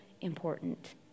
important